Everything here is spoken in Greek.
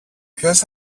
ποιος